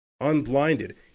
unblinded